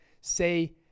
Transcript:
say